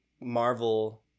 Marvel